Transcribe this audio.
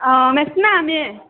हँ मेसनामे